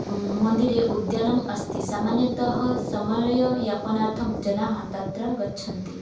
मन्दिरे उद्यानम् अस्ति सामान्यतः समययापनार्थं जनाः तत्र गच्छन्ति